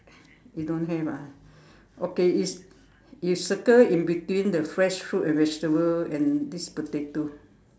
you don't have ah okay is you circle in between the fresh fruit and vegetable and this potato